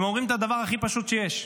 הם אומרים את הדבר הכי פשוט שיש: